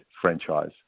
franchise